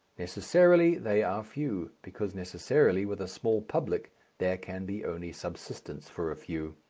necessarily they are few, because necessarily with a small public there can be only subsistence for a few.